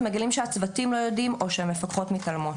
מגלים שהצוותים לא יודעים או שהמפקחות מתעלמות.